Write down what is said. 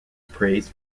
praised